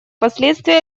последствия